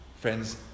friends